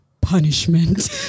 punishment